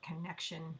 connection